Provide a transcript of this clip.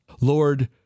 Lord